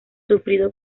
sufrido